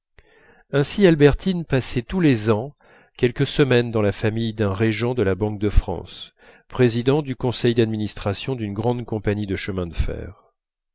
ainsi albertine passait tous les ans quelques semaines dans la famille d'un régent de la banque de france président du conseil d'administration d'une grande compagnie de chemins de fer